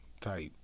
type